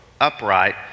upright